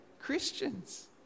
Christians